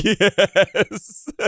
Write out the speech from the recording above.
Yes